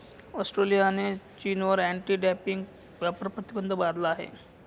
ऑस्ट्रेलियाने चीनवर anti dumping व्यापार प्रतिबंध लादला आहे